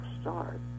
start